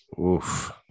Oof